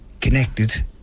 connected